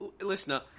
Listener